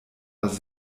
das